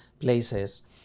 places